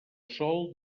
sol